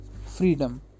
freedom